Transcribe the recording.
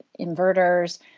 inverters